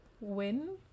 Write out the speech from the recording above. win